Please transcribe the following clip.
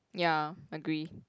ya agree